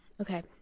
Okay